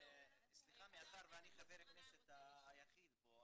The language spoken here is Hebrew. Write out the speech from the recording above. מאחר ואני חבר הכנסת היחיד פה,